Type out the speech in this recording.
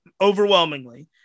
overwhelmingly